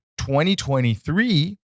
2023